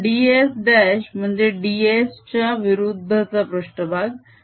म्हणून ds' म्हणजे ds च्या विरुद्ध चा पृष्ट्भाग